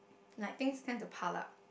like things tend to pile up